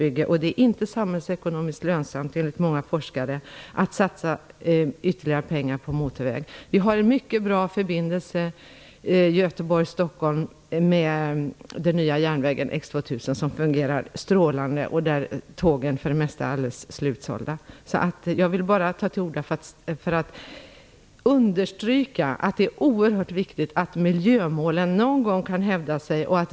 Enligt många forskare är det inte samhällsekonomiskt lönsamt att satsa ytterligare pengar på motorvägar. Det finns en mycket bra förbindelse Göteborg-Stockholm med de nya tågen X 2000, som fungerar strålande. Platserna på dessa tåg är för det mesta slutsålda. Jag ville ta till orda bara för att understryka att det är oerhört viktigt att miljömålen någon gång kan hävdas.